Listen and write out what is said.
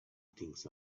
things